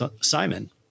Simon